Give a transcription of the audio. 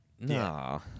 no